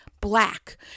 black